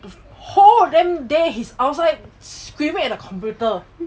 the whole damn day he's outside screaming at the computer